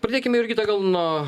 pradėkime jurgita gal nuo